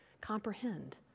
comprehend